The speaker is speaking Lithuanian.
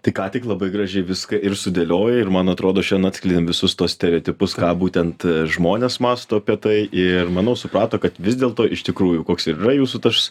tai ką tik labai gražiai viską ir sudėliojai man atrodo šiandien atskleidėm visus tuos stereotipus ką būtent žmonės mąsto apie tai ir manau suprato kad vis dėlto iš tikrųjų koks ir yra jūsų tas